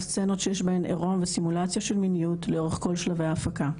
סצנות שיש בהן עירום וסימולציה של מיניות לאורך כל שלבי ההפקה.